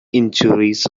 injuries